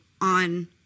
on